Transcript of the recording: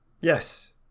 Yes